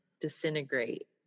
disintegrate